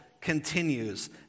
continues